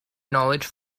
knowledge